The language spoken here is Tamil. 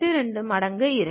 82 மடங்கு இருக்கும்